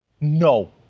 No